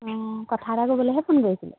অ কথা এটা ক'বলৈহে ফোন কৰিছিলোঁ